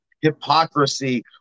hypocrisy